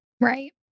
Right